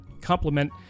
complement